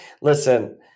Listen